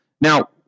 Now